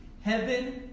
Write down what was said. Heaven